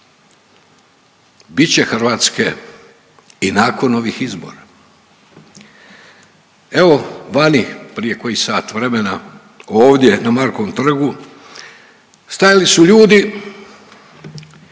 Bit će Hrvatske i nakon ovih izbora. Evo vani prije koji sat vremena ovdje na Markovom trgu stajali su ljudi